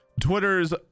Twitter's